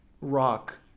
rock